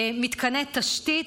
מתקני תשתית,